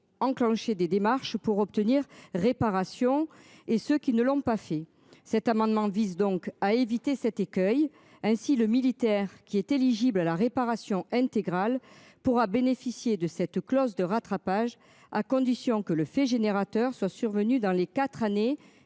enclenché des démarches pour obtenir réparation. Et ce qui ne l'ont pas fait cet amendement vise donc à éviter cet écueil ainsi le militaire qui est éligible à la réparation intégrale pourra bénéficier de cette clause de rattrapage à condition que le fait générateur soit survenu dans les 4 années